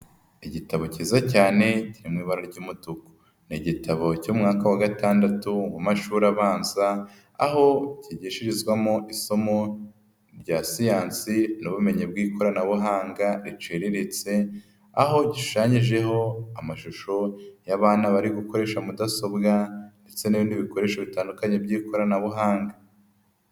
Igitabo kiza cyane kiri mu ibara ry'umutuku. Ni igitabo cy'umwaka wa gatandatu mu mashuri abanza. Aho kigishirizwamo isomo rya siyansi n'ubumenyi bw'ikoranabuhanga riciriritse. Aho gishushanyijeho amashusho y'abana bari gukoresha mudasobwa ndetse n'ibindi bikoresho bitandukanye by'ikoranabuhanga.